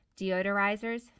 deodorizers